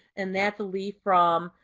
and that's a leaf from,